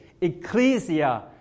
ecclesia